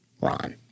Ron